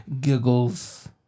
Giggles